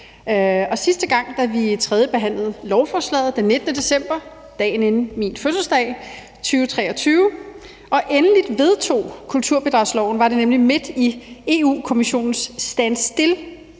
Sidste gang, da vi tredjebehandlede lovforslaget den 19. december 2023 – dagen inden min fødselsdag – og vedtog kulturbidragsloven endeligt, var det nemlig midt i Europa-Kommissionens stand